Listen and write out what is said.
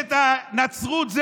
מורשת הנצרות,